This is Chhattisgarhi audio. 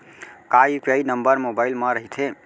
का यू.पी.आई नंबर मोबाइल म रहिथे?